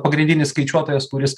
pagrindinis skaičiuotojas kuris